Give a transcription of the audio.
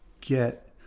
get